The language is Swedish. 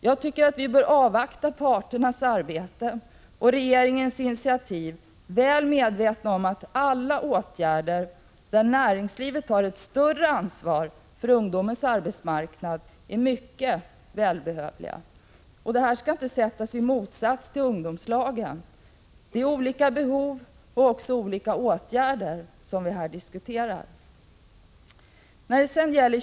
Jag tycker att vi bör avvakta parternas arbete och regeringens initiativ, väl medvetna om att alla åtgärder där näringslivet tar ett större ansvar för ungdomarnas arbetsmarknad är mycket välbehövliga. Det skall inte ställas i motsats till ungdomslagen. Det är olika behov och också olika åtgärder som vi här diskuterar.